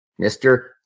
Mr